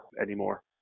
anymore